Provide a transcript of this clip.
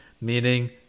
meaning